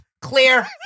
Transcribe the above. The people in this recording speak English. Clear